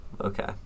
Okay